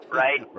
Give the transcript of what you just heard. right